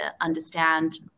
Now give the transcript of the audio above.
understand